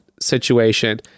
situation